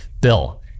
Bill